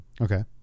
Okay